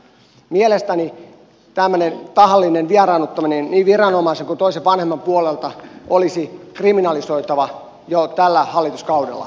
mielestäni tämmöinen tahallinen vieraannuttaminen niin viranomaisen kuin toisen vanhemman puolelta olisi kriminalisoitava jo tällä hallituskaudella